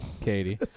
Katie